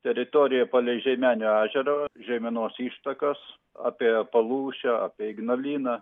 teritorija palei žiemenio ežerą žeimenos ištakos apie palūšę apie ignaliną